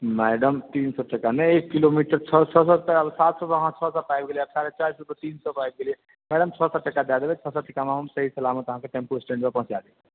madam तीन सए टका नहि एक किलोमीटर छओ सए टका सात सए सँ अहाँ छओ सए पर आबि गेलियै चारि सए सँ अहाँ तीन सए पर आबि गेलियै मैडम छओ सौ टका दए देबै छह सौ टका मे हम सही सलामत अहाँके टेम्पू स्टैण्ड पर पहुँचा देब